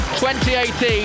2018